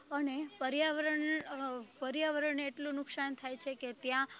અને પર્યાવરણ પર્યાવરણને એટલું નુકસાન થાય છે કે ત્યાં